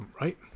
Right